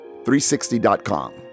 360.com